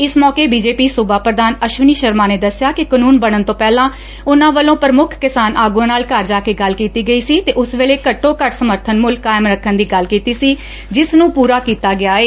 ਇਸ ਮੌਕੇ ਬੀਜੇਪੀ ਸੂਬਾ ਪ੍ਰਧਾਨ ਅਸ਼ਵਨੀ ਸ਼ਰਮਾ ਨੇ ਦੱਸਿਆ ਕਿ ਕਾਨੂੰਨ ਬਣਨ ਤੋਂ ਪਹਿਲਾਂ ਉਨ੍ਪਾਂ ਵਲੋਂ ਪ੍ਰਮੁੱਖ ਕਿਸਾਨ ਆਗੁਆਂ ਨਾਲ ਘਰ ਜਾ ਕੇ ਗੱਲ ਕੀਤੀ ਗਈ ਸੀ ਅਤੇ ਉਸ ਵੇਲੇ ਘੱਟੋ ਘੱਟ ਸਮਰਥਨ ਮੁੱਲ ਕਾਇਮ ਰੱਖਣ ਦੀ ਗੱਲ ਕੀਤੀ ਸੀ ਜਿਸਂਨੁੰ ਪੁਰਾ ਕੀਤਾ ਗਿਆ ਏ